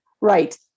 Right